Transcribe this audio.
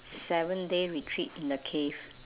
seven day retreat in the cave